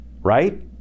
right